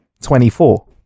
24